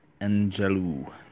Angelou